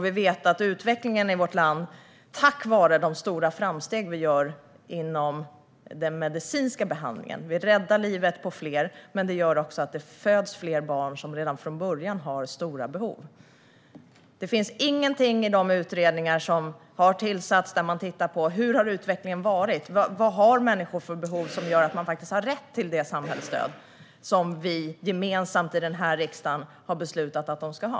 Vi vet hur utvecklingen är i vårt land tack vare de stora framsteg vi gör inom den medicinska behandlingen: Vi räddar livet på fler, men det föds också fler barn som redan från början har stora behov. Utredningar har tillsatts där man tittar på hur utvecklingen har varit. Vad har människor för behov som gör att de har rätt till det samhällsstöd som vi gemensamt i denna riksdag har beslutat att de ska ha?